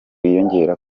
biyongera